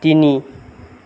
তিনি